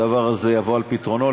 הדבר הזה יבוא על פתרונו.